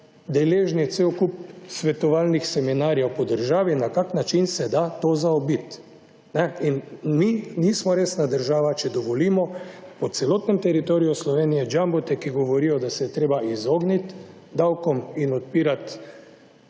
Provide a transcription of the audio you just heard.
deležni cel kup svetovalnih seminarjev po državi na kakšen način se da to zaobiti. In mi nismo resna država, če dovolimo po celotnem teritoriju Slovenije jumbote, ki govorijo, da se je treba izogniti davkom in odpirati